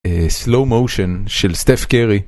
סלו מושן של סטף קרי